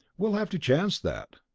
we'll have to chance that.